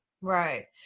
Right